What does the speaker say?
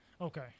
Okay